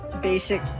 basic